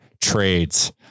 Trades